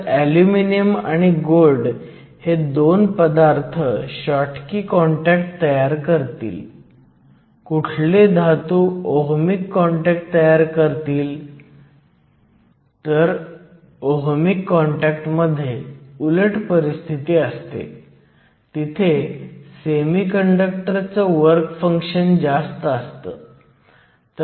तर हे EFn आहे हे EFp जंक्शनपासून खूप दूर आहे तुमच्याकडे अजूनही n प्रकारचा सेमीकंडक्टर आहे आणि तुमच्याकडे अजूनही p प्रकारचा सेमीकंडक्टर आहे